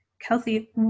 Kelsey